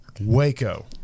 Waco